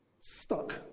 stuck